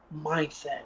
mindset